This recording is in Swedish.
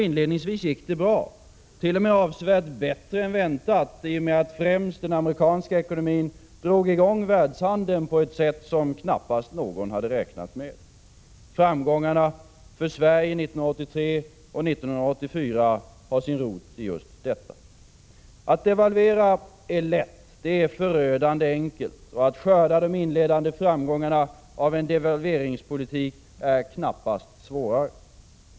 Inledningsvis gick det bra, t.o.m. avsevärt bättre än väntat, i och med att främst den amerikanska ekonomin drog i gång världshandeln på ett sätt som knappast någon hade räknat med. Framgångarna för Sverige 1983 och 1984 har sin rot i just detta. Att devalvera är lätt. Det är förödande enkelt. Att skörda de inledande framgångarna av en devalveringspolitik är knappast svårare.